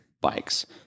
bikes